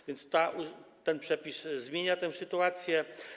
A więc ten przepis zmienia tę sytuację.